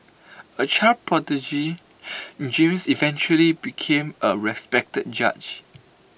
A child prodigy James eventually became A respected judge